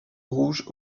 rouges